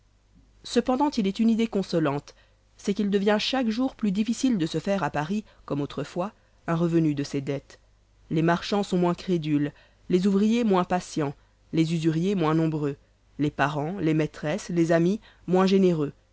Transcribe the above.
cependant il est une idée consolante c'est qu'il devient chaque jour plus difficile de se faire à paris comme autrefois un revenu de ses dettes les marchands sont moins crédules les ouvriers moins patiens les usuriers moins nombreux les parens les maîtresses les amis moins généreux